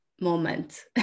moment